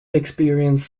experienced